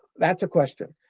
that's a question.